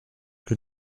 que